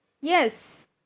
yes